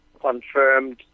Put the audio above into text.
confirmed